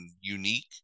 unique